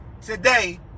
today